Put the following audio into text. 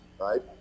right